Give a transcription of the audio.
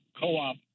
co-op